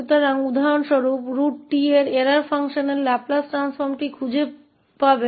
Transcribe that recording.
तो उदाहरण के लिए √𝑡 के एरर फंक्शन के लैपलेस ट्रांसफॉर्म को कैसे खोजें